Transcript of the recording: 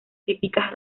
típicas